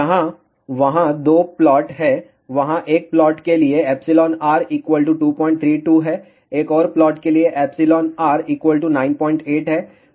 यहां वहां 2 प्लॉट हैं वहाँ 1 प्लॉट के लिए εr 232 है एक और प्लॉट के लिए εr 98 है